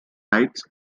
rights